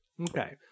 okay